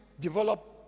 develop